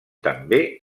també